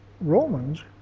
Romans